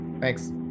Thanks